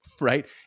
right